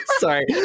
sorry